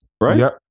right